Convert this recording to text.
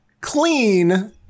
clean